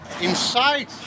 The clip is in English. inside